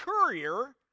courier